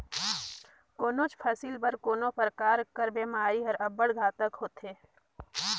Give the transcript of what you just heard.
कोनोच फसिल बर कोनो परकार कर बेमारी हर अब्बड़ घातक होथे